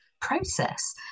process